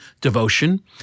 devotion